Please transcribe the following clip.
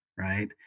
right